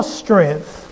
strength